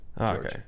Okay